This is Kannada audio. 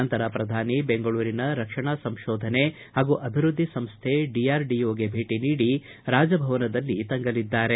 ನಂತರ ಪ್ರಧಾನಿ ಬೆಂಗಳೂರಿನ ರಕ್ಷಣಾ ಸಂಶೋಧನೆ ಹಾಗೂ ಅಭಿವೃದ್ದಿ ಸಂಸ್ಥೆ ಡಿಆರ್ಡಿಒಗೆ ಭೇಟ ನೀಡಿ ರಾಜಭವನದಲ್ಲಿ ತಂಗಲಿದ್ದಾರೆ